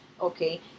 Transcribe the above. Okay